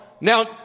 now